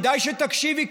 כדאי שתקשיבי,